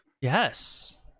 yes